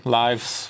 lives